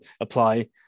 apply